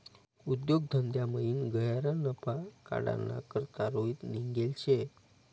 उद्योग धंदामयीन गह्यरा नफा काढाना करता रोहित निंघेल शे